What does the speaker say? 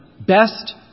best